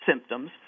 Symptoms